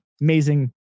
amazing